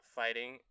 fighting